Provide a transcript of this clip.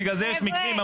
בגלל זה יש מקרים.